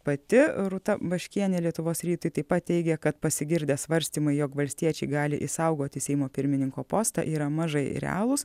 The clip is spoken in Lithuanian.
pati rūta baškienė lietuvos rytui taip pat teigė kad pasigirdę svarstymai jog valstiečiai gali išsaugoti seimo pirmininko postą yra mažai realūs